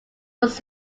was